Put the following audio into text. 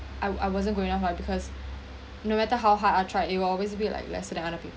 I I wasn't good enough lah because no matter how hard I tried it will always be like lesser than other people